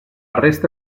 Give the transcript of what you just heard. resta